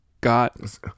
got